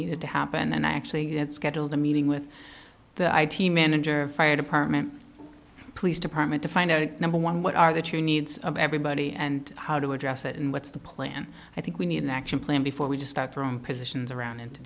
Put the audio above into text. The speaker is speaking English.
needed to happen and i actually had scheduled a meeting with the i t manager fire department police department to find out number one what are the true needs of everybody and how to address it and what's the plan i think we need an action plan before we just start from positions around into